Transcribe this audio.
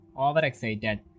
overexcited